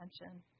attention